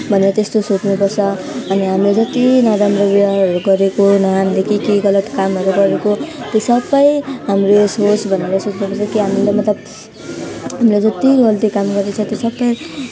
भनेर त्यस्तो सोच्नु पर्छ अनि हामीले जति नराम्रो व्यवहारहरू गरेको नराम्रो के के हामीले गलत कामहरू गरेको त्यो सब हाम्रो यो नाश होस् भनेर सोच्नु पर्छ कि हामीले मतलब हामीले जति गल्ती काम गरेको छ त्यो सब